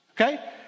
okay